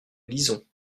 lisons